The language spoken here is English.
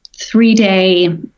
three-day